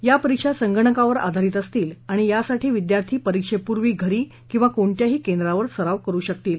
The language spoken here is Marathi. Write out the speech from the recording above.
या परीक्षा संगणकावर आधारित असतील आणि यासाठी विद्यार्थी परीक्षेपूर्वी घरी किंवा कोणत्याही केंद्रावर सराव करू शकतील